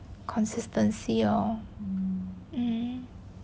consistency oh um